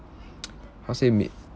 how to say ma~